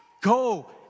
go